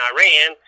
Iran